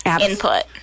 input